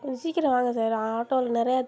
கொஞ்சம் சீக்கிரம் வாங்க சார் ஆட்டோவில் நிறைய